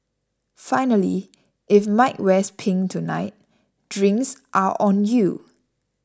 finally if Mike wears pink tonight drinks are on you